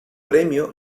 premio